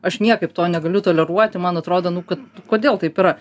aš niekaip to negaliu toleruot man atrodo nu kad kodėl taip yra